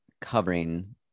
covering